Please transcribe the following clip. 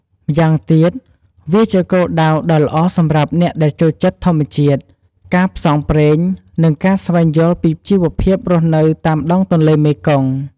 ម៉្យាងទៀត វាជាគោលដៅដ៏ល្អសម្រាប់អ្នកដែលចូលចិត្តធម្មជាតិ ការផ្សងព្រេង និងការស្វែងយល់ពីជីវភាពរស់នៅតាមដងទន្លេមេគង្គ។